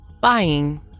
Buying